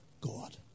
God